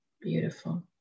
beautiful